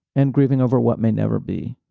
and grieving over what may never be.